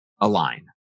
align